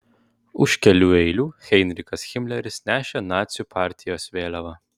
už kelių eilių heinrichas himleris nešė nacių partijos vėliavą